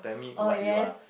oh yes